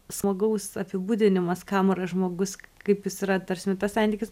smagaus apibūdinimas kam yra žmogus kaip jis yra ta prasme tas santykis